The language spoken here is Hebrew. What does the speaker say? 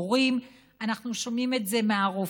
אנחנו שומעים את זה מהורים,